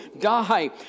die